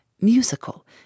musical